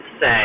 say